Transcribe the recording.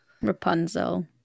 Rapunzel